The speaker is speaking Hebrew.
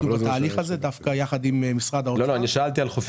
אנחנו בתהליך הזה יחד עם משרד האוצר.